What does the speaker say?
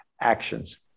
actions